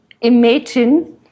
imagine